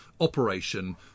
Operation